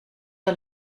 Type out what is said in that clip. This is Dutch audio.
wel